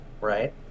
right